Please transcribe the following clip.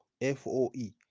F-O-E